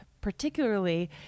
particularly